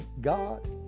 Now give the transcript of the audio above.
God